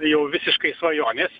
jau visiškai svajonės